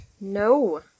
No